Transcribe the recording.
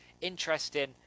interesting